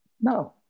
No